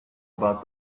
about